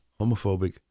Homophobic